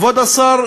כבוד השר,